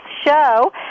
show